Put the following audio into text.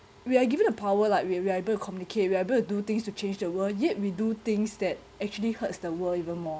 we are given a power like we we're able communicate we are able do things to change the world yet we do things that actually hurts the world even more